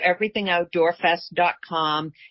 everythingoutdoorfest.com